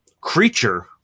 creature